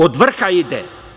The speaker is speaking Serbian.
Od vrha ide.